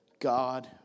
God